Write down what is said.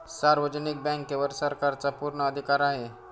सार्वजनिक बँकेवर सरकारचा पूर्ण अधिकार आहे